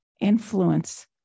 influence